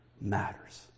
matters